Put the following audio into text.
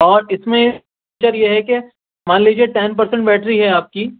اور اس میں ایک فیچر یہ ہے کہ مان لیجیے ٹین پرسینٹ بیٹری ہے آپ کی